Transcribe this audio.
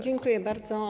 Dziękuję bardzo.